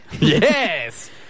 Yes